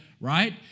right